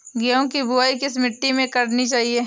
गेहूँ की बुवाई किस मिट्टी में करनी चाहिए?